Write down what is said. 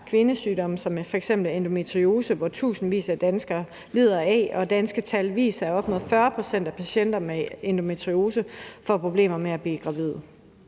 kvindesygdom som f.eks. endomitriose, som tusindvis af danskere lider af, og danske tal viser, at op mod 40 pct. af patienterne med endometriose får problemer med at blive gravide.